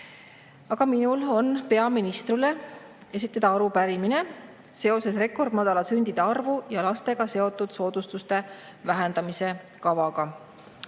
minul on peaministrile esitada arupärimine seoses rekordmadala sündide arvu ja lastega seotud soodustuste vähendamise kavaga.